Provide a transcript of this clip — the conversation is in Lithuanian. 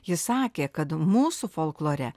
ji sakė kad mūsų folklore